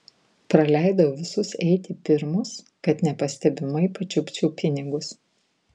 praleidau visus eiti pirmus kad nepastebimai pačiupčiau pinigus